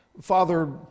Father